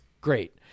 great